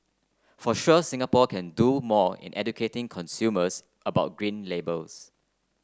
for sure Singapore can do more in educating consumers about Green Labels